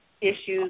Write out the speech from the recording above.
issues